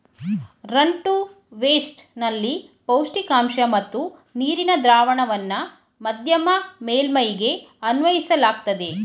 run to waste ನಲ್ಲಿ ಪೌಷ್ಟಿಕಾಂಶ ಮತ್ತು ನೀರಿನ ದ್ರಾವಣವನ್ನ ಮಧ್ಯಮ ಮೇಲ್ಮೈಗೆ ಅನ್ವಯಿಸಲಾಗ್ತದೆ